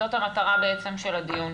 זאת המטרה בעצם של הדיון.